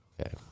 Okay